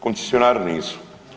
Koncesionari nisu.